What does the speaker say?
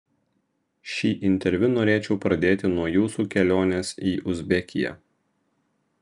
šį interviu norėčiau pradėti nuo jūsų kelionės į uzbekiją